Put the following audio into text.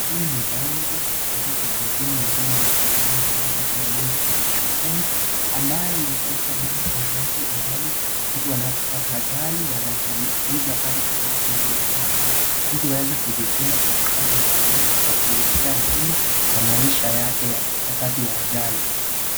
Hii ni bangu kutoka kwa kampuni ya bima ya inayofahamika kama Mayfield Insurance ambayo inaeka bima ya watu ambayo mtu anapopata ajali, wanajiuza pale kwa watu ili kuweza kuona kwamba mtu huweza kujikinga kutokana na ajali kwa kuwekea bima ya maisha yake wakati wa ajali.